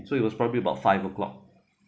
so it was probably about five o'clock